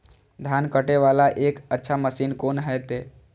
धान कटे वाला एक अच्छा मशीन कोन है ते?